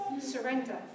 surrender